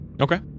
Okay